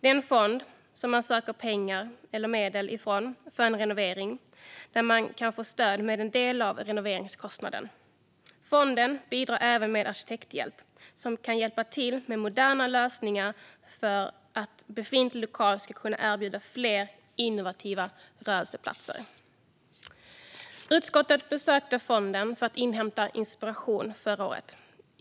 Det är en fond från vilken man söker pengar eller medel för en renovering, och man kan få stöd till en del av renoveringskostnaden. Fonden bidrar även med arkitekthjälp. Den kan hjälpa till med moderna lösningar för att befintlig lokal ska kunna erbjuda fler innovativa rörelseplatser. Utskottet besökte fonden förra året för att inhämta inspiration.